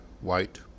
white